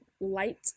light